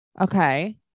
Okay